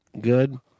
Good